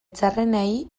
txarrenei